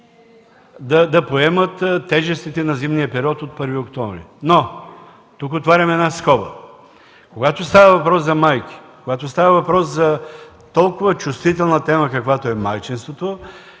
да поемат тежестите на зимния период от 1 октомври. Но тук отварям една скоба – когато става въпрос за майки, когато става въпрос за толкова чувствителна тема, каквато е майчинството,